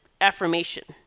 affirmation